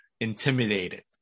intimidated